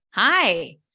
Hi